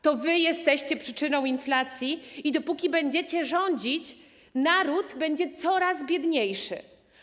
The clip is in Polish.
To wy jesteście przyczyną inflacji i dopóki będziecie rządzić, naród będzie coraz biedniejszy.